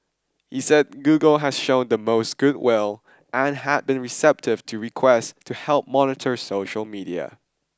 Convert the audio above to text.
he said Google has shown the most good will and had been receptive to requests to help monitor social media